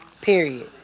Period